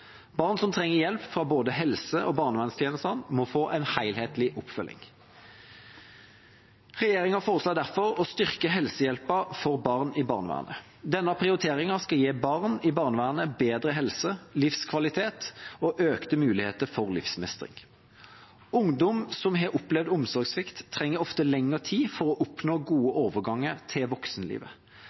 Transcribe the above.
Barn som trenger hjelp fra både helse- og barnevernstjenestene, må få en helhetlig oppfølging. Regjeringa foreslår derfor å styrke helsehjelpen for barn i barnevernet. Denne prioriteringen skal gi barn i barnevernet bedre helse, livskvalitet og økte muligheter for livsmestring. Ungdom som har opplevd omsorgssvikt, trenger ofte lengre tid for å oppnå gode overganger til voksenlivet.